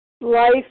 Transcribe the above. Life